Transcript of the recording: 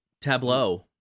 Tableau